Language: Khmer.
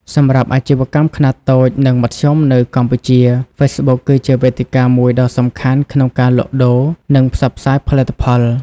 សម្រាប់អាជីវកម្មខ្នាតតូច និងមធ្យមនៅកម្ពុជា ហ្វេសប៊ុកគឺជាវេទិកាមួយដ៏សំខាន់ក្នុងការលក់ដូរ និងផ្សព្វផ្សាយផលិតផល។